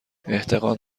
احتقان